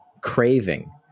craving